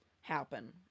happen